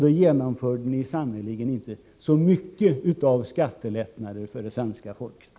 Då genomförde ni sannerligen inte så mycket av skattelättnader för det svenska folket.